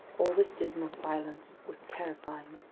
all this dismal silence was terrifying.